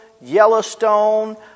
Yellowstone